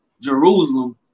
Jerusalem